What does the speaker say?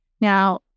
Now